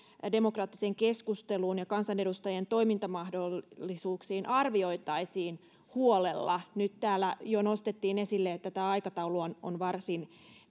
demokraattiseen keskusteluun ja kansanedustajien toimintamahdollisuuksiin arvioitaisiin huolella nyt täällä jo nostettiin esille että tämä aikataulu on on varsin